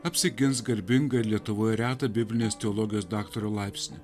apsigins garbingą lietuvoje retą biblinės teologijos daktaro laipsnį